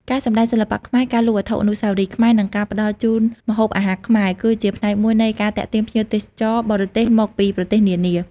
ការសម្ដែងសិល្បៈខ្មែរ ការលក់វត្ថុអនុស្សាវរីយ៍ខ្មែរ និងការផ្តល់ជូនម្ហូបអាហារខ្មែរ គឺជាផ្នែកមួយនៃការទាក់ទាញភ្ញៀវទេសចរបរទេសមកពីប្រទេសនានា។